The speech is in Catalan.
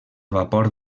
vapor